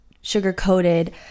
sugar-coated